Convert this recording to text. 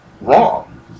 wrong